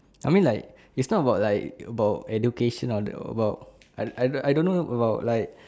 I mean like it's not about like about education or about I I I don't know about like